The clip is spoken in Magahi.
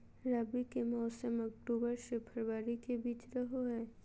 रबी के मौसम अक्टूबर से फरवरी के बीच रहो हइ